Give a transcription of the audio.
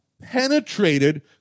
penetrated